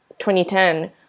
2010